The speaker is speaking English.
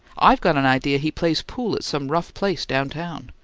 i've got an idea he plays pool at some rough place down-town.